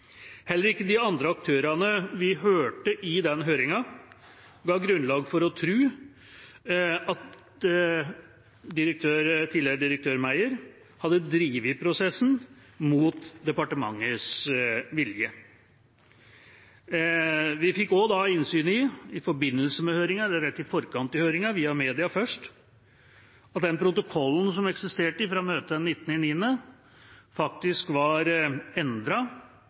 Heller ikke de andre aktørene vi hørte i den høringen, ga grunnlag for å tro at tidligere direktør Meyer hadde drevet prosessen mot departementets vilje. Vi fikk også innsyn i – i forbindelse med høringen eller først via media rett i forkant av høringen – at protokollen som eksisterte fra møtet den 19. september 2017, faktisk var